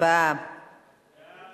סעיפים